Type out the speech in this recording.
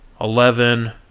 Eleven